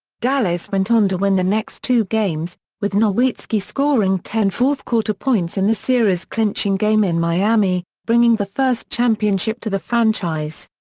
dallas went on to win the next two games, with nowitzki scoring ten fourth-quarter points in the series-clinching game in miami, bringing the first championship to the franchise.